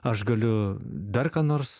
aš galiu dar ką nors